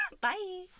Bye